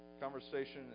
Conversation